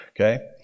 okay